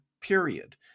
period